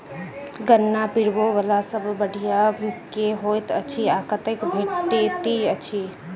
गन्ना पिरोबै वला सबसँ बढ़िया मशीन केँ होइत अछि आ कतह भेटति अछि?